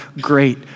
great